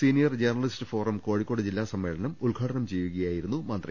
see near journalist forum Kozhikode ജില്ലാ സമ്മേളനം ഉദ് ഘാടനം ചെയ്യുകയായിയിരുന്നു മന്ത്രി